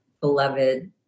beloved